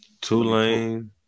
Tulane